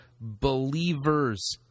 believers